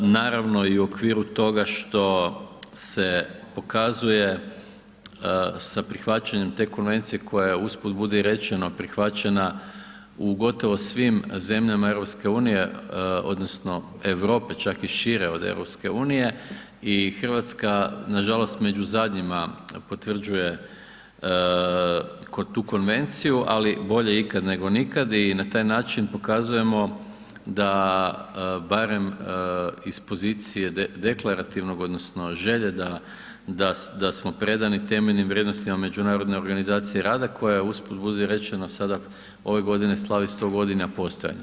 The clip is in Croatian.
Naravno i u okviru toga što se pokazuje sa prihvaćanjem te konvencije koja je usput budi rečeno prihvaćena u gotovo svim zemljama EU odnosno Europe čak i šire od EU i Hrvatska nažalost među zadnjima potvrđuje tu konvenciju, ali bolje ikad nego nikad i na taj način pokazujemo da barem iz pozicije deklarativnog odnosno želje da smo predani temeljnim vrijednostima Međunarodne organizacije rada koja usput budi rečeno, sada ove godine slavi 100 g. postojanja.